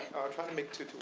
try to make two